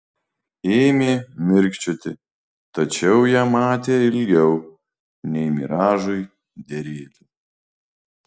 ėmė mirkčioti tačiau ją matė ilgiau nei miražui derėtų